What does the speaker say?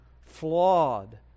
flawed